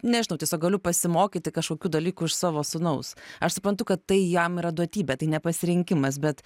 nežinau tiesiog galiu pasimokyti kažkokių dalykų iš savo sūnaus aš suprantu kad tai jam yra duotybė tai ne pasirinkimas bet